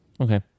okay